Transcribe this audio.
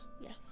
Yes